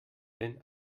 denn